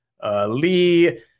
Lee